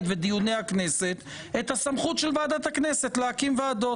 בדיוני הכנסת את הסמכות של ועדת הכנסת להקים ועדות.